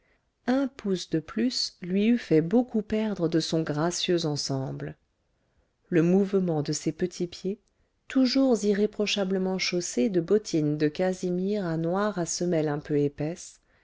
un pouce de plus lui eût fait beaucoup perdre de son gracieux ensemble le mouvement de ses petits pieds toujours irréprochablement chaussés de bottines de casimir à noir à semelle un peu épaisse